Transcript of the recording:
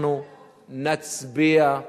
לראש הממשלה, אנחנו נצביע בכנסת